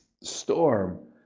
storm